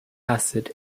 acid